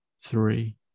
three